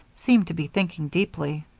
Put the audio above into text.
seemed to be thinking deeply.